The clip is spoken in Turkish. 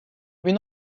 bin